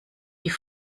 die